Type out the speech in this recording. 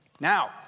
Now